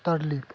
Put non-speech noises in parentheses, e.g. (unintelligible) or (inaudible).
(unintelligible)